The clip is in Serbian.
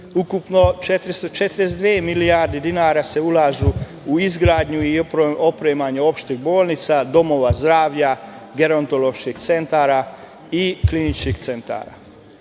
ukupno 442 milijarde dinara se ulaže u izgradnju i opremanje opštih bolnica, domova zdravlja, gerontoloških cenata i kliničkih centara.